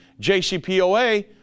JCPOA